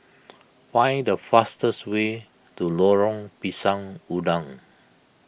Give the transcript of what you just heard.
find the fastest way to Lorong Pisang Udang